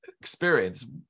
experience